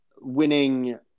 winning